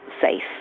safe